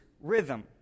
rhythm